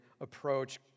approach